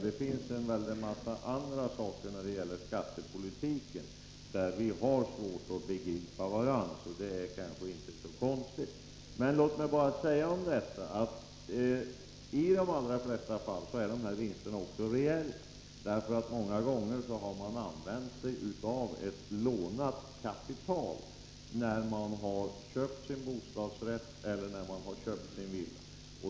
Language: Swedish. Det finns en väldig massa andra områden inom skattepolitiken där vi har svårt att begripa varandra, så det är kanske inte så konstigt att Bo Lundgren inte förstår vår inställning på den här punkten. Men låt mig bara säga att i de allra flesta fall är vinsterna också reella, för många gånger har man använt sig av ett lånat kapital när man har köpt sin bostadsrätt eller när man har köpt sin villa.